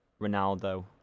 Ronaldo